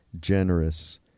generous